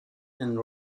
and